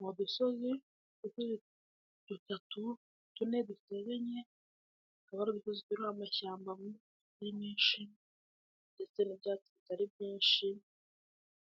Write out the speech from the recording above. Mu dusozi dutatu tune duteganye akaba Ari udusozi turiho amashyamba atari menshi ndetse n'ibyatsi bitari byinshi